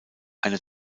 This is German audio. eine